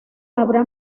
habrá